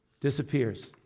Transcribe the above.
disappears